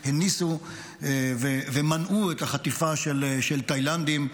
הניסו ומנעו את החטיפה של תאילנדים,